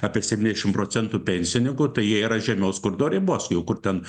apie septyniasdešim procentų pensininkų tai jie yra žemiau skurdo ribos jau kur ten